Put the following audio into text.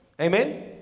Amen